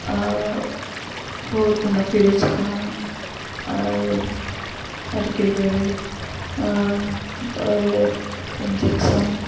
ବହୁତ ହେଲା ଫିରୋଜ ଖାନ୍ ଆ ଆର୍କେବେଲ ଇଞ୍ଜେକ୍ସନ